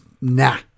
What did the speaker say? Nah